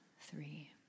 three